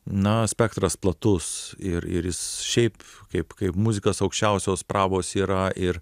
na spektras platus ir ir jis šiaip kaip kaip muzikas aukščiausios prabos yra ir